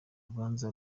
urubanza